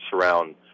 surround